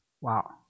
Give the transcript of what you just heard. Wow